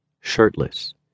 shirtless